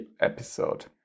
episode